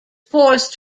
forced